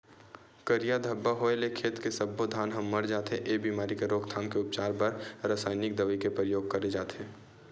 करिया धब्बा होय ले खेत के सब्बो धान ह मर जथे, ए बेमारी के रोकथाम के उपचार बर रसाइनिक दवई के परियोग करे जाथे